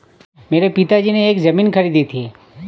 मेरे पिताजी ने एक जमीन खरीदी थी